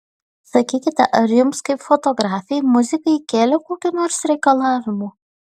sakykite ar jums kaip fotografei muzikai kėlė kokių nors reikalavimų